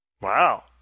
Wow